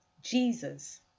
Jesus